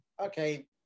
Okay